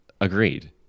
Agreed